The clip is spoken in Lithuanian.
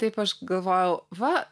taip aš galvojau va